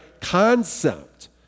concept